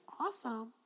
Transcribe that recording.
Awesome